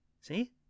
See